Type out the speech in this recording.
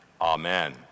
Amen